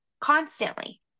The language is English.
constantly